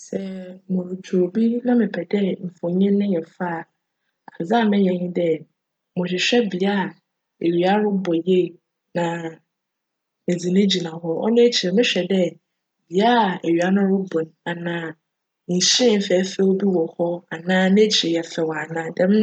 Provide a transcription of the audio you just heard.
Sj murutwa obi na mepj dj mfonyin no yj fj a, adze a meyj nye dj, mohwehwj bea ewia robc yie na medze no gyina hc. Cno ekyir no mohwj dj bea ewia no robc no ana nhyiren fjfjw bi wc hc anaa n'ekyir yj fjw anaa djm